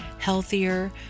healthier